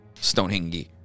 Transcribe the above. Stonehenge